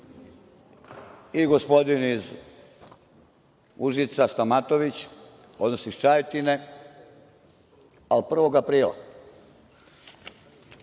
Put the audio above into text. i gospodin iz Užica Stamatović, odnosno iz Čajetine, ali 1.